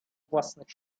własnych